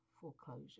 foreclosure